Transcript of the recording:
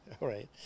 right